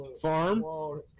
Farm